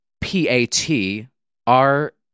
P-A-T-R